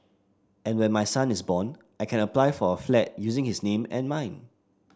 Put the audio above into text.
and when my son is born I can apply for a flat using his name and mine